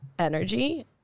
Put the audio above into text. energy